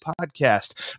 podcast